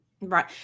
Right